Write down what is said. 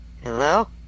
Hello